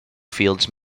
fields